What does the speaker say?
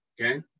okay